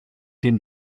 den